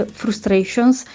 frustrations